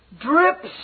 drips